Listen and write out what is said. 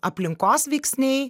aplinkos veiksniai